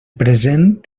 present